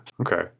okay